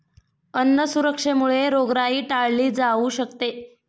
अन्न सुरक्षेमुळे रोगराई टाळली जाऊ शकते